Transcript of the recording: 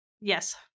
Yes